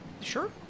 sure